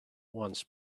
once